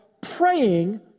Praying